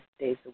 days